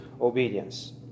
obedience